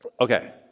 Okay